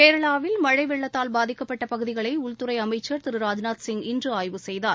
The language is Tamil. கேரளாவில் மழை வெள்ளத்தால் பாதிக்கப்பட்ட பகுதிகளை உள்துறை அமைச்சர் திரு ராஜ்நாத் சிங் இன்று ஆய்வு செய்தார்